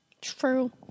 True